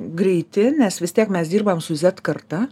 greiti nes vis tiek mes dirbam su zet karta